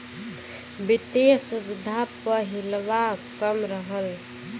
वित्तिय सुविधा प हिलवा कम रहल